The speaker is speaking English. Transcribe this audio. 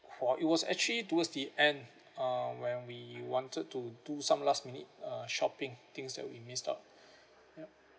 for it was actually towards the end uh when we wanted to do some last minute uh shopping things that we missed out yup